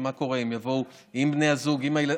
אז מה קורה אם יבואו עם בני זוג, עם הילדים?